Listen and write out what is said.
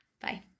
Bye